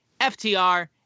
FTR